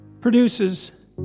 Produces